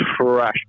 trash